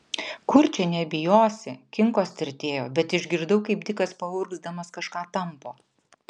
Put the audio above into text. kur čia nebijosi kinkos tirtėjo bet išgirdau kaip dikas paurgzdamas kažką tampo